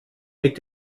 mit